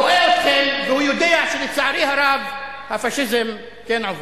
רואה אתכם והוא יודע שלצערי הרב הפאשיזם כן עובר.